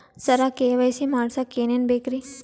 ಸರ KYC ಮಾಡಸಕ್ಕ ಎನೆನ ಬೇಕ್ರಿ?